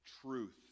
truth